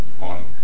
on